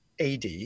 AD